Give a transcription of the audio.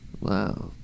Wow